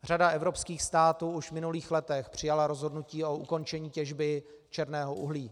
Řada evropských států už v minulých letech přijala rozhodnutí o ukončení těžby černého uhlí.